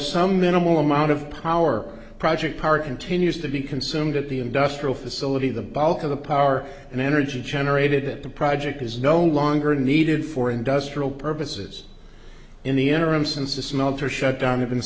some minimal amount of power project power continues to be consumed at the industrial facility the bulk of the power and energy generated at the project is no longer needed for industrial purposes in the interim since the smelter shut down have been